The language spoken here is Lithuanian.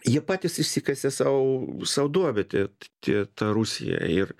jie patys išsikasė sau sau duobę tie tie ta rusija ir